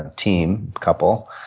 and team couple.